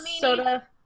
Soda